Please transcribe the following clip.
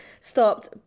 stopped